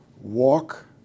walk